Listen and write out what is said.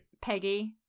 Peggy